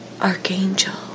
archangel